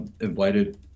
invited